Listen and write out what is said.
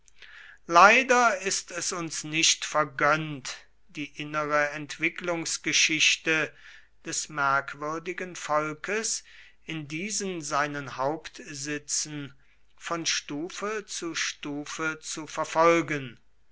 leider ist es uns nicht vergönnt die innere entwicklungsgeschichte des merkwürdigen volkes in diesen seinen hauptsitzen von stufe zu stufe zu verfolgen